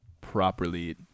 properly